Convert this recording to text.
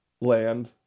land